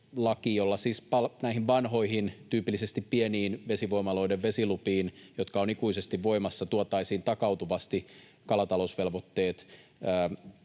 jolla siis näihin vanhoihin, tyypillisesti pienien vesivoimaloiden vesilupiin, jotka ovat ikuisesti voimassa, tuotaisiin takautuvasti kalatalousvelvoitteet